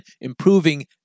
improving